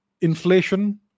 inflation